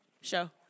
show